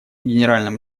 генеральному